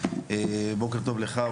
בוקר טוב לך,